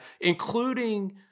including